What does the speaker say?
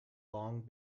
long